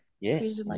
Yes